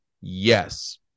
yes